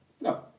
No